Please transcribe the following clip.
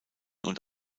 und